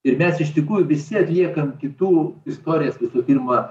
ir mes iš tikrųjų visi atliekam kitų istorijas visų pirma